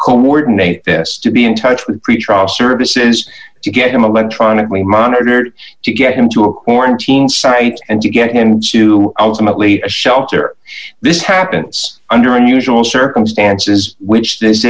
coordinate this to be in touch with pretrial services to get him electronically monitored to get him to a quarantine site and you get end to i was mostly a shelter this happens under unusual circumstances which